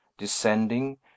Descending